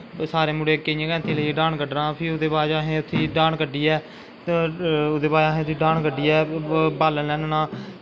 सारैं मुड़ै गैंती लेईयै डाह्न कड्डना फ्ही ओह्दे बाद असैं उत्थें डाह्न कड्डियै ओह्दे बाद असैं डाह्न कड्डियै बाल्लन आह्नना